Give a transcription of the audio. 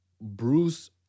Bruce